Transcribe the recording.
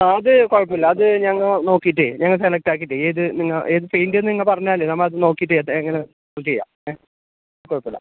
ആ അത് കുഴപ്പമില്ല അത് ഞങ്ങൾ നോക്കിയിട്ട് ഞങ്ങൾ സെലക്ട് ആക്കിയിട്ട് ഏത് നിങ്ങൾ ഏത് പേയിൻറ്റെന്ന് നിങ്ങൾ പറഞ്ഞാൽ നമ്മൾ അത് നോക്കിയിട്ട് അങ്ങനെ ചെയ്യാം കുഴപ്പമില്ല